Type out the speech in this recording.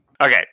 Okay